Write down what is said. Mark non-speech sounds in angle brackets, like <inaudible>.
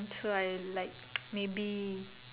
so I like <noise> maybe